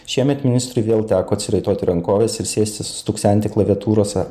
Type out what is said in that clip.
šiemet ministrui vėl teko atsiraitoti rankoves ir sėstis stuksenti klaviatūrose